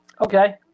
Okay